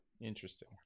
Interesting